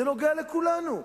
זה נוגע לכולנו.